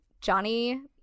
Johnny